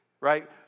Right